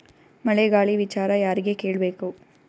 ಮಳೆ ಗಾಳಿ ವಿಚಾರ ಯಾರಿಗೆ ಕೇಳ್ ಬೇಕು?